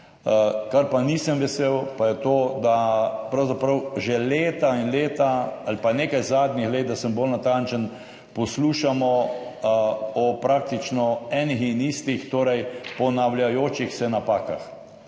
Česar nisem vesel, pa je to, da pravzaprav že leta in leta ali nekaj zadnjih let, da sem bolj natančen, poslušamo o praktično enih in istih, ponavljajočih se napakah.